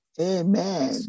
Amen